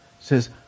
says